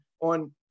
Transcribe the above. on